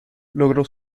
logró